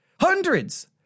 hundreds